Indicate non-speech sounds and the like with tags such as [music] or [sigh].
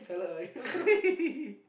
[laughs]